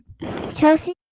Chelsea